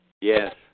Yes